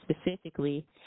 specifically –